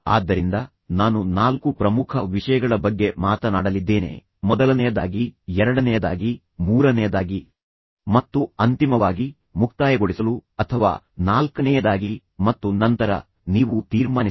ಆದ್ದರಿಂದ ನಾನು ನಾಲ್ಕು ಪ್ರಮುಖ ವಿಷಯಗಳ ಬಗ್ಗೆ ಮಾತನಾಡಲಿದ್ದೇನೆ ಮೊದಲನೆಯದಾಗಿ ಎರಡನೆಯದಾಗಿ ಮೂರನೆಯದಾಗಿ ಮತ್ತು ಅಂತಿಮವಾಗಿ ಮುಕ್ತಾಯಗೊಳಿಸಲು ಅಥವಾ ನಾಲ್ಕನೇಯದಾಗಿ ಮತ್ತು ನಂತರ ನೀವು ತೀರ್ಮಾನಿಸಿ